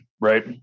right